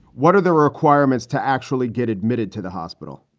what are the requirements to actually get admitted to the hospital?